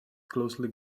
closely